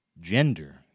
gender